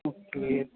okay